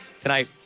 tonight